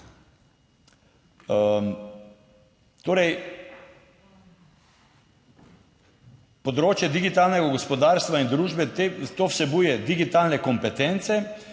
Torej področje digitalnega gospodarstva in družbe, to vsebuje digitalne kompetence,